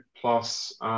plus